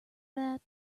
that